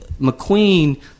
McQueen